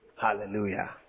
Hallelujah